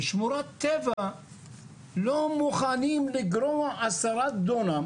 בשמורות טבע לא מוכנים לגרוע עשרה דונם